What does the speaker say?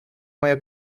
моя